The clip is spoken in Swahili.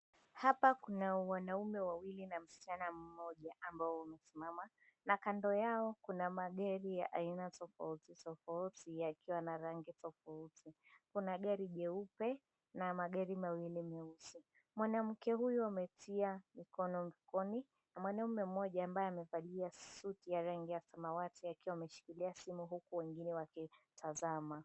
Hapa kuna wanaume wawili na msichana mmoja ambao umesimama, na kando yao kuna magari ya aina tofauti tofauti yakiwa na rangi tofauti. Kuna gari jeupe na magari mawili meusi. Mwanamke huyu ametia mikono mfukoni, na mwanaume mmoja ambaye amevalia suti ya rangi ya samawati akiwa ameshikilia simu huku wengine wakitazama.